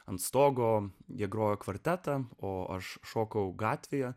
ant stogo jie grojo kvartetą o aš šokau gatvėje